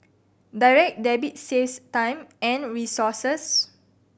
Direct Debit saves time and resources